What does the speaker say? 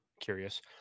curious